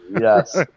Yes